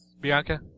Bianca